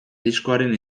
diskoaren